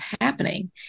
happening